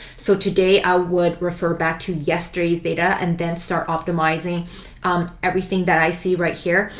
so today i would refer back to yesterday's data and then start optimizing everything that i see right here.